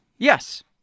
Yes